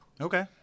Okay